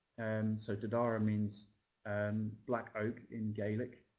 and so dubhdara means and black oak in gaelic.